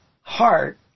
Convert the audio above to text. heart